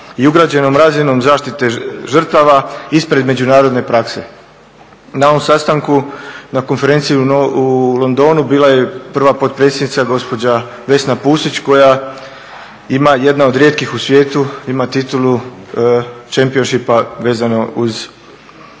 i ugrađenom razinom zaštite žrtava ispred međunarodne prakse. Na ovom sastanku na konferenciji u Londonu bila je prva potpredsjednica gospođa Vesna Pusić koja ima jedna od rijetkih u svijetu ima titulu championshipa vezano uz ovu